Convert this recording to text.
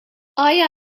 آیا